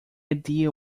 idea